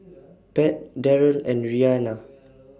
Pat Darrel and Rhianna